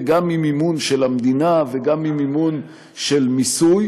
גם ממימון של המדינה וגם ממימון של מיסוי,